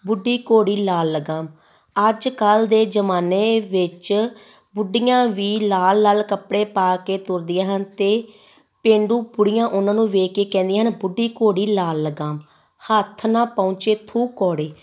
ਬੁੱਢੀ ਘੋੜੀ ਲਾਲ ਲਗਾਮ ਅੱਜ ਕੱਲ੍ਹ ਦੇ ਜ਼ਮਾਨੇ ਵਿੱਚ ਬੁੱਢੀਆਂ ਵੀ ਲਾਲ ਲਾਲ ਕੱਪੜੇ ਪਾ ਕੇ ਤੁਰਦੀਆਂ ਹਨ ਅਤੇ ਪੇਂਡੂ ਬੁੜੀਆਂ ਉਹਨਾਂ ਨੂੰ ਵੇਖ ਕੇ ਕਹਿੰਦੀਆਂ ਹਨ ਬੁੱਢੀ ਘੋੜੀ ਲਾਲ ਲਗਾਮ ਹੱਥ ਨਾ ਪਹੁੰਚੇ ਥੂ ਕੌੜੀ